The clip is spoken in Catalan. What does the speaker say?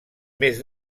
més